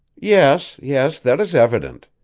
yes, yes, that is evident.